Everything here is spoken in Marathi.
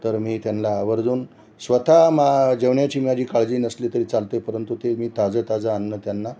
तर मी त्यांला आवर्जून स्वतः मा जेवण्याची माझी काळजी नसली तरी चालते परंतु ते मी ताजे ताजं अन्न त्यांना